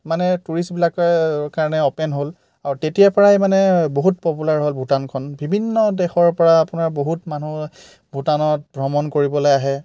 মানে টুৰিষ্টবিলাকে কাৰণে অ'পেন হ'ল আৰু তেতিয়াৰ পৰাই মানে বহুত পপুলাৰ হ'ল ভূটানখন বিভিন্ন দেশৰ পৰা আপোনাৰ বহুত মানুহ ভূটানত ভ্ৰমণ কৰিবলৈ আহে